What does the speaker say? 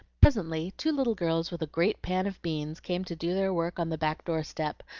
presently two little girls with a great pan of beans came to do their work on the back doorstep,